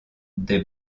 des